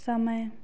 समय